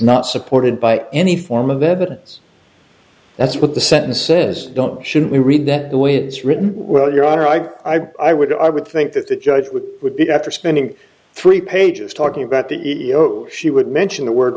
not supported by any form of evidence that's what the sentence says don't should we read that the way it's written well your honor i i i would i would think that the judge would it would be after spending three pages talking about the e o she would mention the word